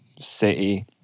city